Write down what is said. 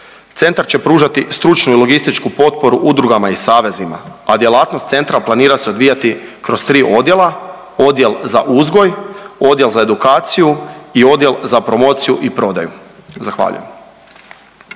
Centar će pružati stručnu i logističku potporu udrugama i savezima, a djelatnost centra planira se odvijati kroz tri odjela, odjel za uzgoj, odjel za edukaciji i odjel za promociju i prodaju. Zahvaljujem.